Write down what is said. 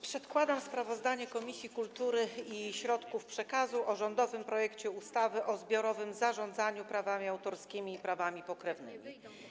Przedkładam sprawozdanie Komisji Kultury i Środków Przekazu o rządowym projekcie ustawy o zbiorowym zarządzaniu prawami autorskimi i prawami pokrewnymi.